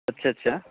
اچھا اچھا